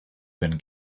been